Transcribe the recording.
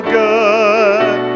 good